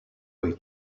will